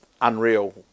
unreal